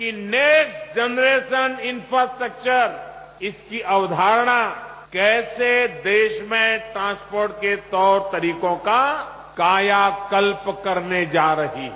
इनहेस generation infrastructure इसकी अवधारणा कैसे देश में ट्रासपोर्ट के तौर तरीको का कायाकल्प करने जा रही है